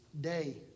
day